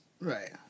right